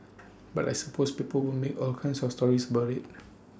but I suppose people will make all kinds of stories about IT